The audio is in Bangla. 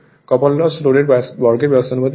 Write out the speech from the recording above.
কপার লস লোডের বর্গের সমানুপাতিক হয়